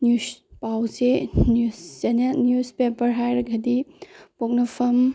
news ꯄꯥꯎ ꯆꯦ news channel newspaper ꯍꯥꯏꯔꯒꯗꯤ ꯄꯣꯛꯅꯐꯝ